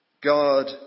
God